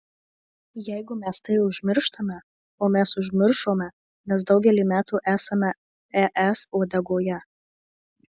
jeigu mes tai užmirštame o mes užmiršome nes daugelį metų esame es uodegoje